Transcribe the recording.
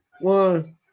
one